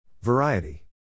Variety